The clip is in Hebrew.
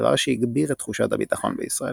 דבר שהגביר את תחושת הביטחון בישראל.